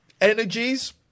energies